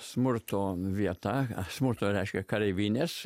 smurto vieta smurto reiškia kareivinės